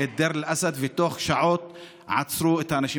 את דיר אל-אסד, ותוך שעות עצרו את האנשים.